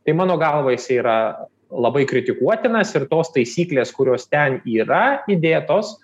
tai mano galva jisai yra labai kritikuotinas ir tos taisyklės kurios ten yra įdėtos